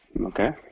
Okay